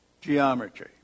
geometry